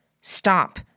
Stop